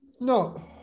No